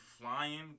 flying